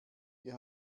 wir